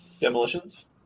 Demolitions